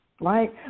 right